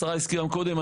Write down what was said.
השרה הזכירה גם קודם.